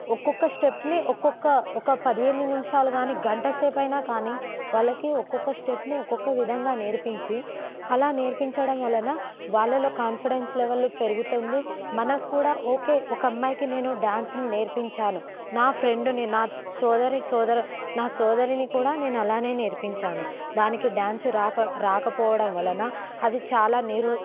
ఒక్కొక్క స్టెప్ని ఒక్కొక్క ఒక పదిహేను నిమిషాలు కాని గంట సేపైనా కానీ వాళ్ళకి ఒక్కొక్క స్టెప్ని ఒక్కొక్క విధంగా నేర్పించి అలా నేర్పించడం వలన వాళ్ళలో కాన్ఫిడెన్స్ లెవెల్ పెరుగుతుంది మనకు కూడా ఓకే ఒక అమ్మాయికి నేను డాన్స్ని నేర్పించాను నా ఫ్రెండ్ని నా సోదరి సోదరి నా సోదరిని కూడా నేను అలానే నేర్పించాను దానికి డాన్స్ రాక రాకపోవడం వలన అది చాలా నిరు